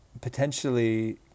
potentially